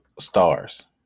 stars